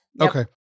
Okay